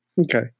Okay